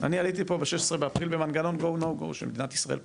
אני עליתי לפה ב-16 באפריל במנגנון "go/no go" שמדינת ישראל פתחה.